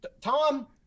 tom